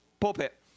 Pulpit